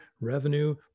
revenue